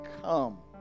come